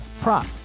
prop